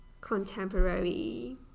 contemporary